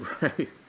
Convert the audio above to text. Right